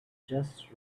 just